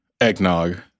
eggnog